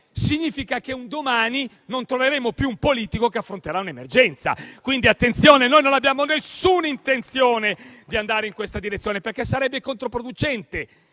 significa che un domani non troveremo più un politico che affronterà un'emergenza. Quindi, attenzione: noi non abbiamo nessuna intenzione di andare in questa direzione perché sarebbe controproducente.